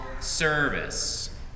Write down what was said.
service